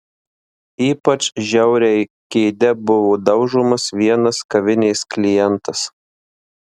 ypač žiauriai kėde buvo daužomas vienas kavinės klientas